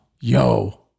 yo